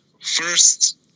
first